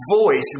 voice